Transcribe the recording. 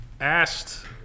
asked